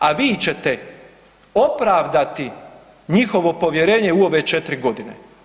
A vi ćete opravdati njihovo povjerenje u ove 4 godine.